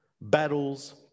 battles